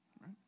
Right